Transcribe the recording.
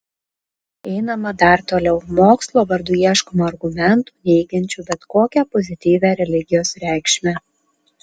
einama dar toliau mokslo vardu ieškoma argumentų neigiančių bet kokią pozityvią religijos reikšmę